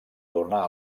tornar